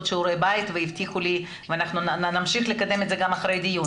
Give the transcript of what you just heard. שיעורי בית ואנחנו נמשיך לקדם את זה גם אחרי הדיון.